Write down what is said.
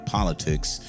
Politics